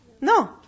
No